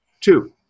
Two